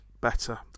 better